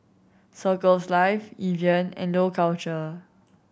Circles Life Evian and Dough Culture